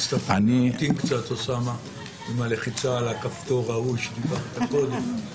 נצטרך להמתין קצת עם הלחיצה על הכפתור ההוא שדיברת עליו קודם,